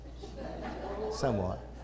Somewhat